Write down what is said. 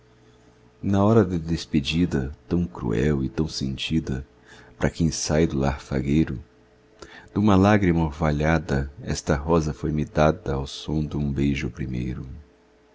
na hora da despedida tão cruel e tão sentida pra quem sai do lar fagueiro duma lágrima orvalhada esta rosa foi-me dada ao som dum beijo primeiro